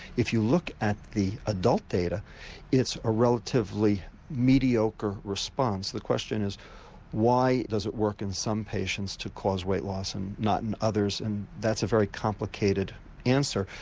if you look at the adult data it's a relatively mediocre respons. the question is why does it work in some patients to cause weight loss and not in others, and that's a very complicated answer.